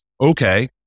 Okay